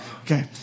Okay